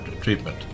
treatment